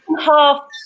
half